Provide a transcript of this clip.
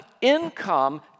income